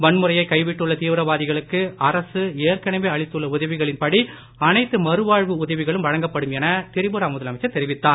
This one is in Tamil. வண்முறையை கைவிட்டுள்ள தீவிரவாதிகளுக்கு அரசு ஏற்கனவே அளித்துள்ள உதவிகளின் படி எல்லா மறுவாழ்வு உதவிகளும் வழங்கப்படும் என திரிபுரா முதலமைச்சர் தெரிவித்தார்